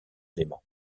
léman